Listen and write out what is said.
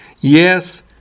Yes